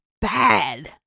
bad